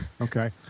Okay